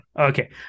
Okay